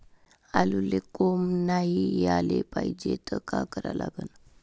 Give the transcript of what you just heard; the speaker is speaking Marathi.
आलूले कोंब नाई याले पायजे त का करा लागन?